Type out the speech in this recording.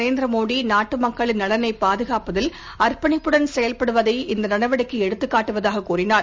நரேந்திர மோடி நாட்டு மக்களின் நலனைப் பாதுகாப்பதில் அர்ப்பணிப்புடன் செயல்படுவதை இந்த நடவடிக்கை எடுத்துக்காட்டுவதாக தெரிவித்தார்